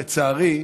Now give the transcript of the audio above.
לצערי,